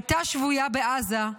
היא הייתה שבויה בעזה,